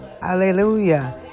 hallelujah